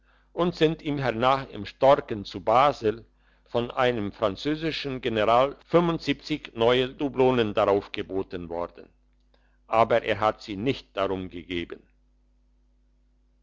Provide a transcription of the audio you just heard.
und sind ihm hernach im storken zu basel von einem französischen general neue dublonen darauf geboten worden aber er hat sie nicht drum geben